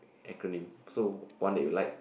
acronym so one that you like